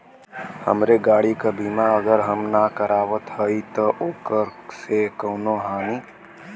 हमरे गाड़ी क बीमा अगर हम ना करावत हई त ओकर से कवनों हानि?